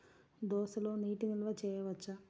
దోసలో నీటి నిల్వ చేయవచ్చా?